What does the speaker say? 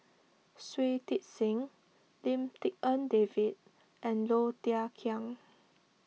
Shui Tit Sing Lim Tik En David and Low Thia Khiang